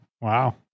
Wow